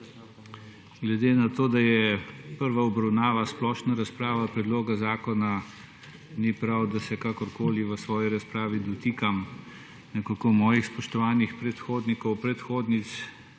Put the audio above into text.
Glede na to, da je prva obravnava splošna razprava predloga zakona, ni prav, da se kakorkoli v svoji razpravi dotikam svojih spoštovanih predhodnikov, predhodnic,